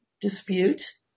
dispute